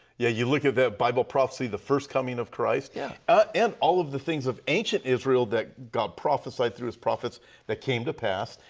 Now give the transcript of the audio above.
yeah you look at that bible prophecy the first coming of christ. yeah ah and all of things of ancient israel that got prophesied through his prophets that came to pass.